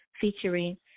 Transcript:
featuring